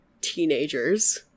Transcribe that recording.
teenagers